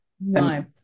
No